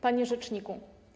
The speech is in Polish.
Panie Rzeczniku!